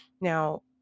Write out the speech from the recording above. Now